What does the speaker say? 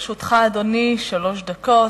לרשותך, אדוני, שלוש דקות.